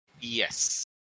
Yes